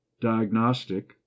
diagnostic